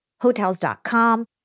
Hotels.com